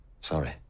Sorry